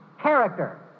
character